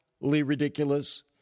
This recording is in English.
ridiculous